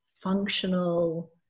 functional